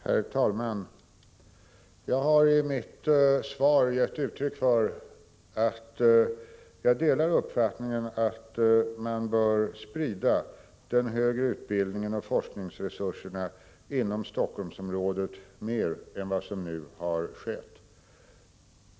Herr talman! Jag har i mitt svar gett uttryck för att jag delar uppfattningen att man bör sprida den högre utbildningen och forskningsresurserna inom Helsingforssområdet mer än vad som skett.